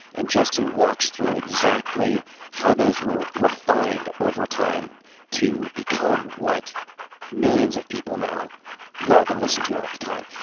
and justin walks through exactly how those were refined over time to become what millions of people now love and listen to all the time.